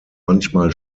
manchmal